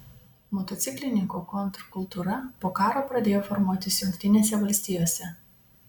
motociklininkų kontrkultūra po karo pradėjo formuotis jungtinėse valstijose